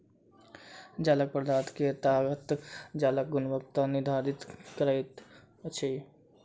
जालक पदार्थ के ताकत जालक गुणवत्ता निर्धारित करैत अछि